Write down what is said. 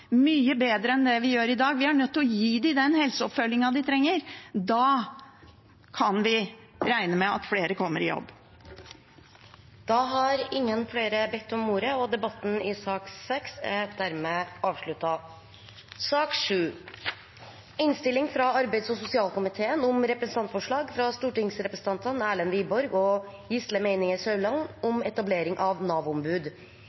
mye bedre enn det vi gjør i dag, og vi er nødt til å gi dem den helseoppfølgingen de trenger. Da kan vi regne med at flere kommer i jobb. Flere har ikke bedt om ordet til sak nr. 6. Etter ønske fra arbeids- og sosialkomiteen vil presidenten ordne debatten på følgende måte: 5 minutter til hver partigruppe og